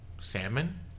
salmon